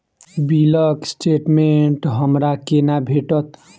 बिलक स्टेटमेंट हमरा केना भेटत?